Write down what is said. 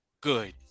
Good